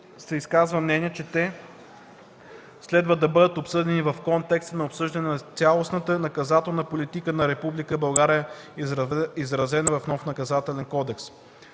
се изказа мнение, че те следва да бъдат обсъдени в контекста на обсъждане на цялостната наказателна политика на Република България, изразена в нов Наказателен кодекс.